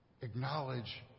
acknowledge